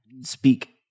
speak